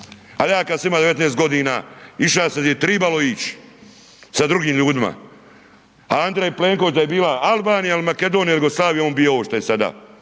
Ali ja kad sam imao 19 g. išao sam di je trebalo ić sa drugim ljudima a Andrej Plenković da je bila Albanija ili Makedonija ili Jugoslavija, on bi bio ovo što je sada,